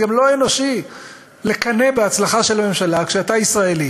זה גם לא אנושי לקנא בהצלחה של הממשלה כשאתה ישראלי